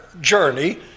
journey